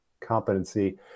competency